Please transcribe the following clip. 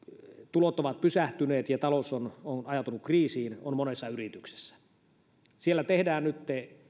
tulot ovat pysähtyneet ja talous on ajautunut kriisiin on monessa yrityksessä siellä tehdään nytten